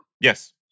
Yes